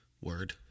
Word